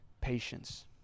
patience